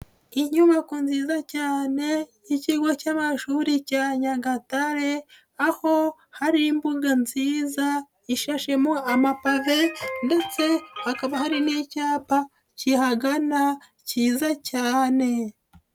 Inyubako nziza cyane y'ikigo cy'amashuri cya Nyagatare, aho hari imbuga nziza, ishashemo amapave ndetse hakaba hari n'icyapa kihagana cyiza cyane.